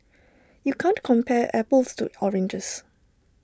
you can't compare apples to oranges